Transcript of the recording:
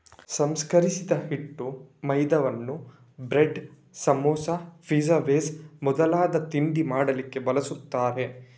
ಸಂಸ್ಕರಿಸಿದ ಹಿಟ್ಟು ಮೈದಾವನ್ನ ಬ್ರೆಡ್, ಸಮೋಸಾ, ಪಿಜ್ಜಾ ಬೇಸ್ ಮೊದಲಾದ ತಿಂಡಿ ಮಾಡ್ಲಿಕ್ಕೆ ಬಳಸ್ತಾರೆ